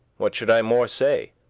what should i more say,